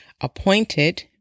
appointed